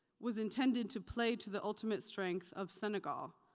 was intended to play to the ultimate strength of senegal,